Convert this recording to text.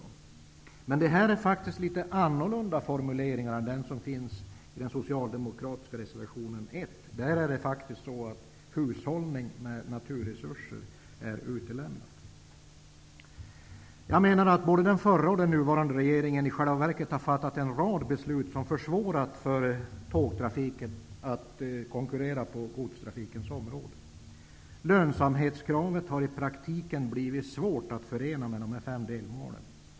Formuleringarna är dock faktiskt litet annorlunda än de som förekommer i den socialdemokratiska reservationen 1. Där har man utelämnat målsättningen med hushållning med naturresurser. Jag menar att både den förra och den nuvarande regeringen i själva verket har fattat en rad beslut som har försvårat för tågtrafiken att konkurrera på godstrafikens område. Lönsamhetskravet har i praktiken blivit svårt att förena med de fem delmålen.